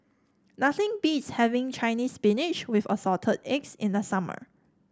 nothing beats having Chinese Spinach with Assorted Eggs in the summer